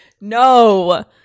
No